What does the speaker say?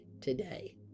today